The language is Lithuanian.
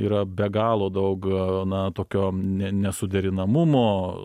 yra be galo daug na tokio ne nesuderinamumo